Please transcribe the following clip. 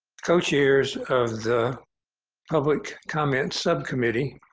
co-chairs of the public comments subcommittee,